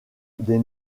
des